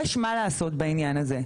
יש מה לעשות בעניין הזה.